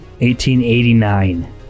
1889